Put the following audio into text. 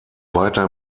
weiter